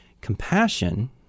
compassion